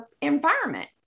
environment